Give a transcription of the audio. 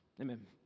Amen